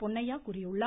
பொன்னையா கூறியுள்ளார்